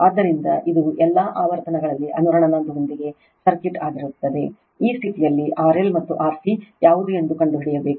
ಆದ್ದರಿಂದ ಇದು ಎಲ್ಲಾ ಆವರ್ತನಗಳಲ್ಲಿ ಅನುರಣನದೊಂದಿಗೆ ಸರ್ಕ್ಯೂಟ್ ಆಗುತ್ತದೆ ಈ ಸ್ಥಿತಿಯಲ್ಲಿ RL ಮತ್ತುRC ಯಾವುದು ಎಂದು ಕಂಡುಹಿಡಿಯಬೇಕು